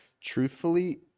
truthfully